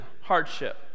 hardship